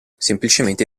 semplicemente